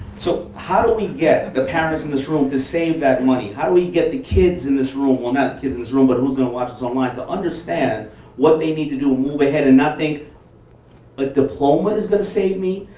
so how do we get the parents in this room to save that money? how do we get the kids in this room, well not kids in this room but who's gonna watch this online to understand what they need to do to move ahead and not think a diploma is gonna save me,